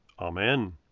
Amen